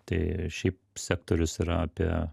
tai šiaip sektorius yra apie